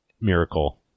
miracle